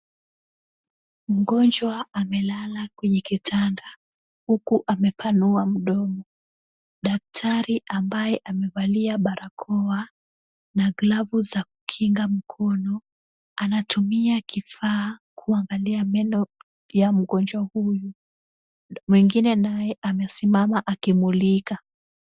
Mgonjwa amelala kwenye kitanda huku amepanua mdomo. Daktari ambaye amevalia barakoa na glavu za kukinga mkono, anatumia kifaa kuangalia meno ya mgonjwa huyu. Mwingine naye amesimama akimulika.